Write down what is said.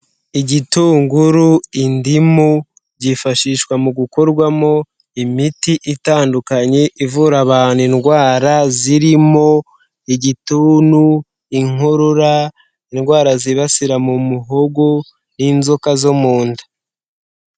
Igitunguru, indimu, byifashishwa mu gukorwamo imiti itandukanye ivura abantu indwara, zirimo igituntu, inkorora, indwara zibasira mu muhogo n'inzoka zo mu nda.